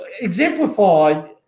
exemplified